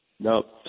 No